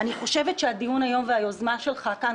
אני חושבת שהדיון והיוזמה שלך כאן,